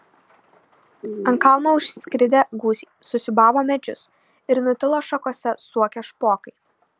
ant kalno užskridę gūsiai susiūbavo medžius ir nutilo šakose suokę špokai